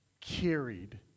carried